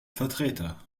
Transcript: vertreter